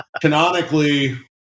canonically